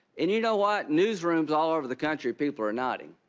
and you know what? news rooms all over the country people are nodding.